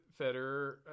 Federer